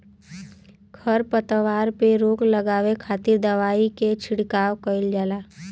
खरपतवार पे रोक लगावे खातिर दवाई के छिड़काव कईल जाला